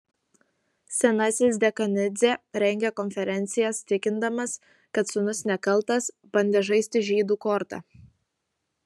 senasis dekanidzė rengė konferencijas tikindamas kad sūnus nekaltas bandė žaisti žydų korta